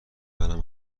منم